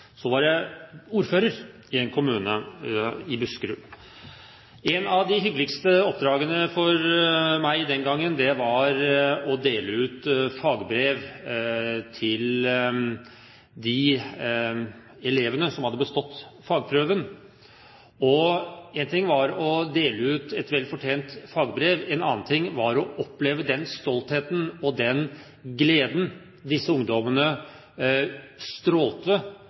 var jeg ordfører i en kommune i Buskerud. Et av de hyggeligste oppdragene for meg den gangen var å dele ut fagbrev til de elevene som hadde bestått fagprøven. Én ting var å dele ut et vel fortjent fagbrev, en annen ting var å oppleve den stoltheten og den gleden disse ungdommene